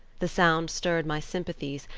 the sound stirred my sympathies,